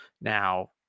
Now